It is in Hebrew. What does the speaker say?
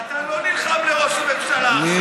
ואתה לא נלחם בשביל ראש הממשלה עכשיו,